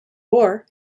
war